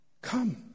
come